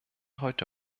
heute